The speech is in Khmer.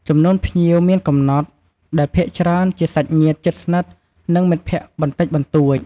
ចំនួនភ្ញៀវមានកំណត់ ដែលភាគច្រើនជាសាច់ញាតិជិតស្និទ្ធ និងមិត្តភក្តិបន្តិចបន្តួច។